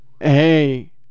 Hey